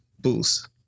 boost